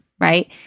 right